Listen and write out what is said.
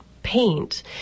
Paint